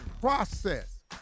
process